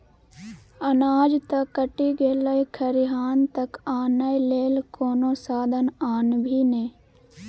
अनाज त कटि गेलै खरिहान तक आनय लेल कोनो साधन आनभी ने